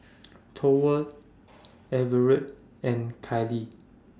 Thorwald Everett and Kylie